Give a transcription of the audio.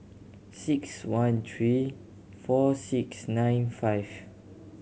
six one three four six nine five